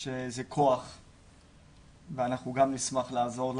שזה כוח ואנחנו גם נשמח לעזור.